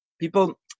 people